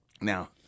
Now